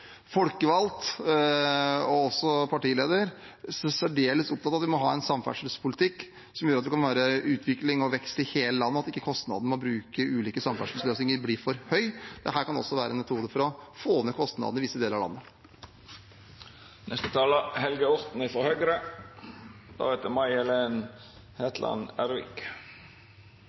folkevalgt, og også partileder, særdeles opptatt av at vi må ha en samferdselspolitikk som gjør at det kan være utvikling og vekst i hele landet, og at ikke kostnaden med å bruke ulike samferdselsløsninger bli for høy. Dette kan også være en metode for å få ned kostnadene i visse deler av landet.